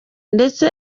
ndetse